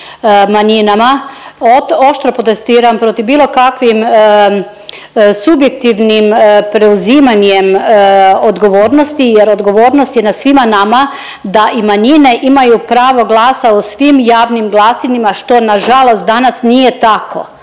manjinama oštro protestiram protiv bilo kakvim subjektivnim preuzimanjem odgovornosti jer odgovornost je na svima nama da i manjine imaju pravo glasa u svim javnim glasilima, što nažalost danas nije tako.